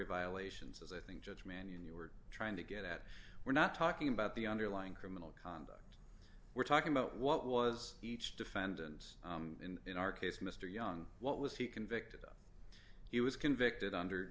violations as i think judge mannion you were trying to get at we're not talking about the underlying criminal conduct we're talking about what was each defendant in our case mr young what was he convicted of he was convicted under